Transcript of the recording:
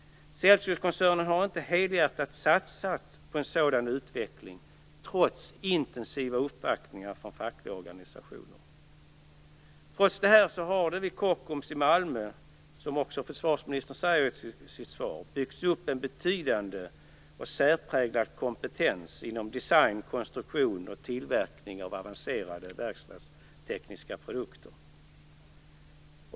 Celsiuskoncernen har inte helhjärtat satsat på en sådan utveckling, trots intensiva uppbackningar från fackliga organisationer. Trots detta har det vid Kockums i Malmö, som försvarsministern också sade i sitt svar, byggts upp en betydande och särpräglad kompetens inom design, konstruktion och tillverkning av avancerade verkstadstekniska produkter.